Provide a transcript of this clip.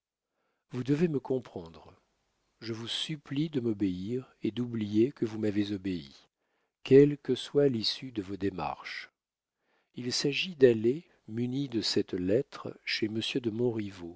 vous devez me comprendre je vous supplie de m'obéir et d'oublier que vous m'avez obéi quelle que soit l'issue de vos démarches il s'agit d'aller muni de cette lettre chez monsieur de